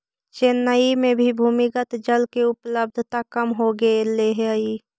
चेन्नई में भी भूमिगत जल के उपलब्धता कम हो गेले हई